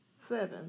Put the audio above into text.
seven